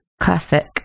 Classic